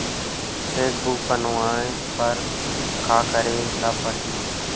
Cheque book बनवाय बर का करे ल पड़हि?